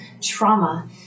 trauma